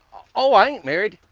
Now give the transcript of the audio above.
oh, i aint' married.